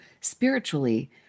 spiritually